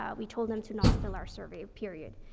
ah we told them to not fill our survey, period.